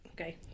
Okay